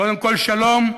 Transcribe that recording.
קודם כול, שלום,